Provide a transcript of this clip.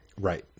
Right